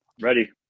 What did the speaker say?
Ready